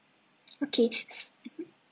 okay s~ mmhmm